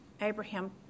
Abraham